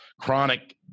chronic